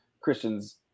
Christians